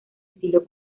estilo